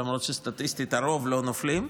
למרות שסטטיסטית הרוב לא נופלים,